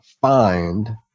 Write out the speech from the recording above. find